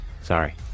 Sorry